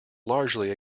largely